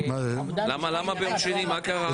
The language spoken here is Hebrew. למה ביום שני, מה קרה?